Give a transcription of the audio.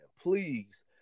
please